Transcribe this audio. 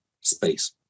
space